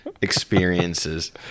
experiences